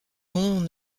monts